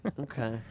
Okay